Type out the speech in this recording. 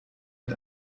mit